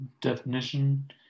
definition